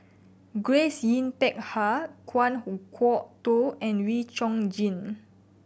Grace Yin Peck Ha Kan Kwok Toh and Wee Chong Jin